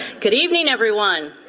good evening, everyone.